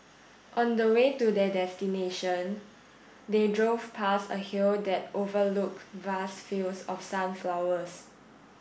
on the way to their destination they drove past a hill that overlooked vast fields of sunflowers